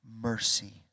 mercy